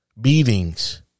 beatings